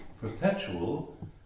perpetual